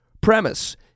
Premise